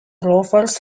rovers